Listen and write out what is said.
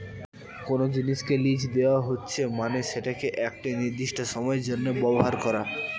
কোনো জিনিসকে লীজ দেওয়া হচ্ছে মানে সেটাকে একটি নির্দিষ্ট সময়ের জন্য ব্যবহার করা